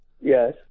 yes